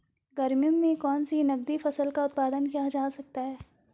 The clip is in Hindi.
गर्मियों में कौन सी नगदी फसल का उत्पादन किया जा सकता है?